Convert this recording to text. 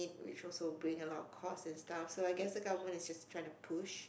which also bring a lot of cost and stuff so I guess the government is just trying to push